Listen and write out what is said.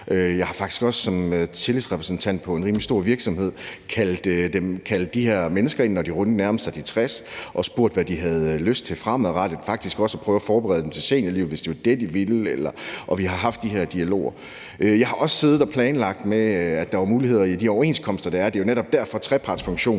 Jeg har faktisk også som tillidsrepræsentant i en rimelig stor virksomhed kaldt de her mennesker ind, når de nærmede sig de 60 år, og spurgt, hvad de havde lyst til fremadrettet, og faktisk også prøvet at forberede dem til seniorlivet, hvis det var det, de ville; vi har haft de her dialoger. Jeg har også siddet og planlagt med, at der er muligheder i de overenskomster, der er. Det er netop derfor, trepartsfunktionen